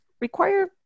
require